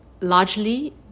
largely